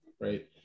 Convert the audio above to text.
right